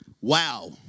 Wow